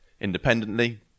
independently